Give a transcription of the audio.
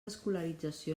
escolarització